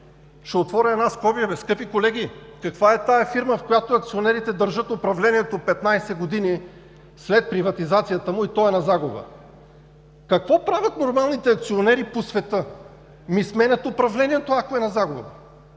Ще отворя една скоба – скъпи колеги, каква е тази фирма, в която акционерите държат управлението от 15 години след приватизацията му и то е на загуба? Какво правят нормалните акционери по света – сменят управлението, ако е на загуба,